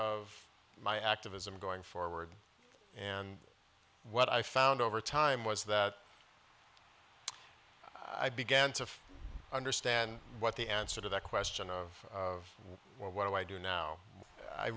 of my activism going forward and what i found over time was that i began to understand what the answer to that question of what do i do now i